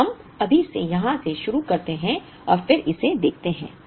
तो हम अभी से यहाँ से शुरू करते हैं और फिर इसे देखते हैं